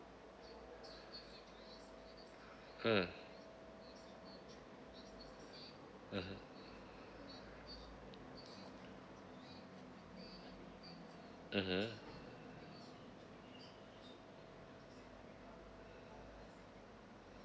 mm mmhmm mmhmm